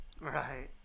Right